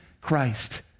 Christ